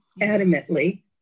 adamantly